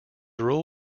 rule